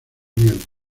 miel